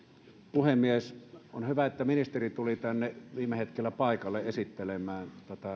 puhemies on hyvä että ministeri tuli tänne viime hetkellä paikalle esittelemään tätä